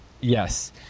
Yes